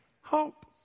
hope